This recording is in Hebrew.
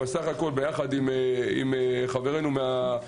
אבל בסך הכל ביחד עם חברינו מהשב"כ,